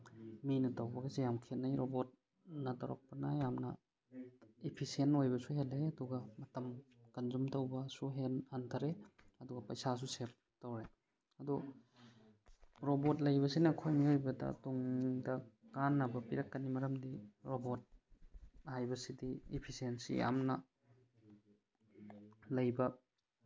ꯃꯤꯅ ꯇꯧꯕꯒꯁꯦ ꯌꯥꯝ ꯈꯦꯠꯅꯩ ꯔꯣꯕꯣꯠꯅ ꯇꯧꯔꯛꯄꯅ ꯌꯥꯝꯅ ꯏꯐꯤꯁꯦꯟ ꯑꯣꯏꯕꯁꯨ ꯍꯦꯜꯂꯛꯑꯦ ꯑꯗꯨꯒ ꯃꯇꯝ ꯀꯟꯁꯨꯝ ꯇꯧꯕꯁꯨ ꯍꯟꯊꯔꯦ ꯑꯗꯨꯒ ꯄꯩꯁꯥꯁꯨ ꯁꯦꯞ ꯇꯧꯔꯦ ꯑꯗꯨ ꯔꯣꯕꯣꯠ ꯂꯩꯕꯁꯤꯅ ꯑꯩꯈꯣꯏ ꯃꯤꯑꯣꯏꯕꯗ ꯇꯨꯡꯗ ꯀꯥꯟꯅꯕ ꯄꯤꯔꯛꯀꯅꯤ ꯃꯔꯝꯗꯤ ꯔꯣꯕꯣꯠ ꯍꯥꯏꯕꯁꯤꯗꯤ ꯏꯐꯤꯁꯦꯟꯁꯤ ꯌꯥꯝꯅ ꯂꯩꯕ